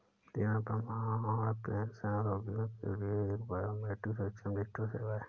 जीवन प्रमाण पेंशनभोगियों के लिए एक बायोमेट्रिक सक्षम डिजिटल सेवा है